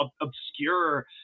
obscure